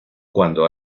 cuando